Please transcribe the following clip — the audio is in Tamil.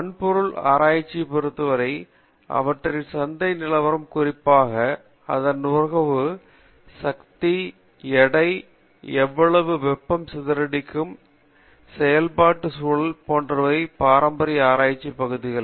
வன்பொருள் ஆராய்ச்சியை பொறுத்தவரை அவற்றின் சந்தை நிலவரம் குறிப்பாக அதன் நுகர்வு சக்தி எடை எவ்வளவு வெப்பம் சிதறடிக்கப்படும் செயல்பாட்டு சூழல் போன்றவை பாரம்பரிய ஆராய்ச்சி பகுதிகள்